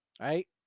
Right